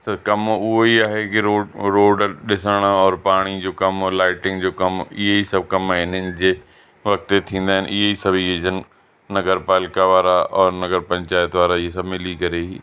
त कमु उहो ई आहे की रोड रोड ॾिसणु और पाणी जो कमु लाइटिंग जो कमु इहे ई सभु कमु आइनि इन्हनि जे वटि ते थींदा आहिनि इहे सभु इहे जन नगर पालिका वारा और नगर पंचायत वारा इहे सभु मिली करे ई